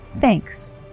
Thanks